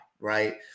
right